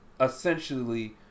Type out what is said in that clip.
essentially